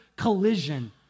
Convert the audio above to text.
collision